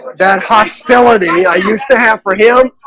that hostility i used to have for him.